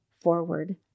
forward